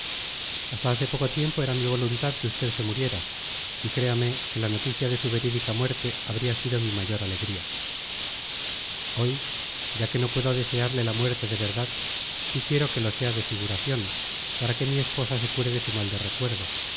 hasta hace poco tiempo era mi voluntad que usted se muriera y créame que la noticia de su verídica muerte habría sido mi mayor alegría hoy ya que no puedo desearle la muerte de verdad sí quiero que lo sea de figuración para que mi esposa se cure de su mal de recuerdo